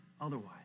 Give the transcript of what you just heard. otherwise